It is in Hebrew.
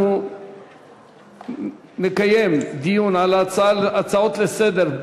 אנחנו נקיים דיון על הצעות לסדר-היום